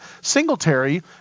Singletary